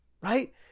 right